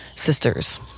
sisters